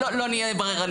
לא נהיה בררניים.